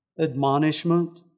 admonishment